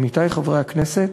עמיתי חברי הכנסת,